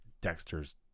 Dexter's